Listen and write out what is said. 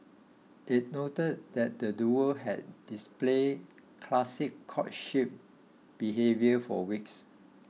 it noted that the duo had displayed classic courtship behaviour for weeks